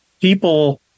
people